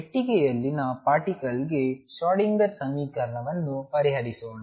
ಪೆಟ್ಟಿಗೆಯಲ್ಲಿನ ಪಾರ್ಟಿಕಲ್ಗೆ ಶ್ರೊಡಿಂಗರ್Schrödinger ಸಮೀಕರಣವನ್ನು ಪರಿಹರಿಸೋಣ